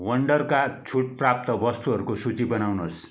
वन्डरका छुट प्राप्त वस्तुहरूको सूची बनाउनुहोस्